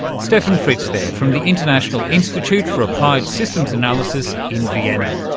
steffen fritz there from the international institute for applied systems analysis in vienna,